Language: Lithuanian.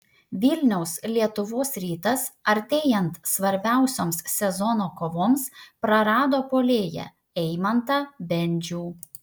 vilniaus lietuvos rytas artėjant svarbiausioms sezono kovoms prarado puolėją eimantą bendžių